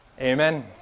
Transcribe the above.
Amen